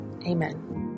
Amen